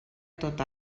tot